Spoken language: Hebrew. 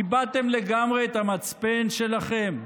איבדתם לגמרי את המצפן שלכם?